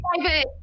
private